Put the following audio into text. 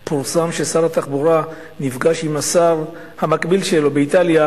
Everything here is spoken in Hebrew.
אפילו פורסם ששר התחבורה נפגש עם השר המקביל לו באיטליה.